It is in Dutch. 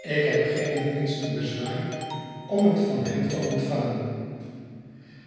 ik heb geen het minste bezwaar om het van hem te ontvangen